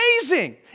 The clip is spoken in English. amazing